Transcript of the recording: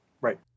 Right